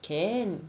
can